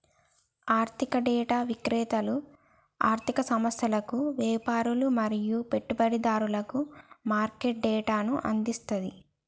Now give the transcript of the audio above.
ఆర్థిక డేటా విక్రేతలు ఆర్ధిక సంస్థలకు, వ్యాపారులు మరియు పెట్టుబడిదారులకు మార్కెట్ డేటాను అందిస్తది